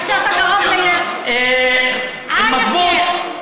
(אומר בערבית: האמת היא,